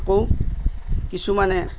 আকৌ কিছুমানে